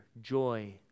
joy